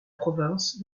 province